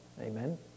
amen